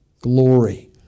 glory